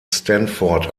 stanford